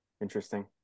Interesting